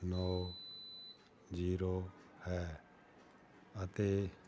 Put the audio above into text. ਨੌਂ ਜੀਰੋ ਹੈ ਅਤੇ